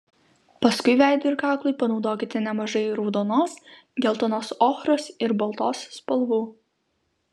paskui veidui ir kaklui panaudokite nemažai raudonos geltonos ochros ir baltos spalvų